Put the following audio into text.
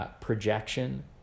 projection